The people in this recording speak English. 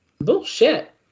Bullshit